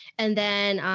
and then, um,